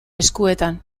eskuetan